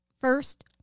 First